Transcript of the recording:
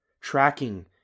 tracking